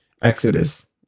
Exodus